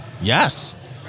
Yes